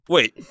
Wait